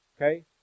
okay